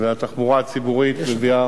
והתחבורה הציבורית מביאה,